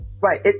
Right